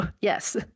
Yes